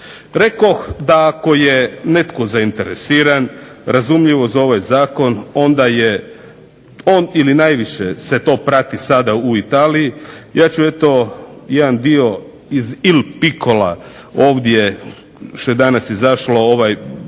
Rekoh, da ako je netko zainteresiran razumljivo za ovaj Zakon onda je on ili najviše se to prati sada u Italiji. Ja ću eto jedan dio iz Il Picola ovdje što je danas izašlo prenijeti